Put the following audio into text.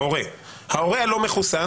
ההורה המחוסן,